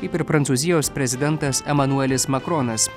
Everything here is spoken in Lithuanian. kaip ir prancūzijos prezidentas emanuelis makronas